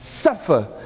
Suffer